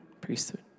priesthood